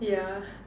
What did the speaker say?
yeah